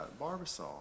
Barbasol